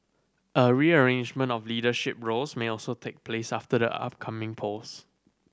a rearrangement of leadership roles may also take place after the upcoming polls